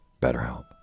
BetterHelp